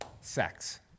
sex